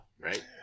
Right